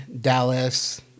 Dallas